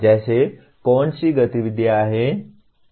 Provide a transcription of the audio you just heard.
जैसे कौन सी गतिविधियाँ हैं